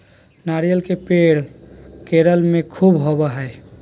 नारियल के पेड़ केरल में ख़ूब होवो हय